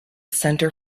centre